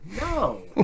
No